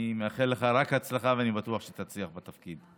אני מאחל לך רק הצלחה, ואני בטוח שתצליח בתפקיד.